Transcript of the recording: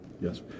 Yes